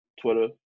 Twitter